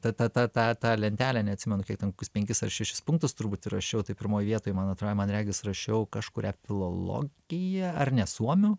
tą tą tą tą lentelę neatsimenu kiek ten kokius penkis ar šešis punktus turbūt į rašiau tai pirmoj vietoj man atrodo man regis rašiau kažkurią filologiją ar ne suomių